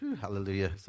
Hallelujah